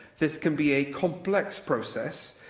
this can be a complex process,